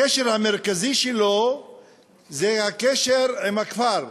הקשר המרכזי שלו זה הקשר עם הכפר.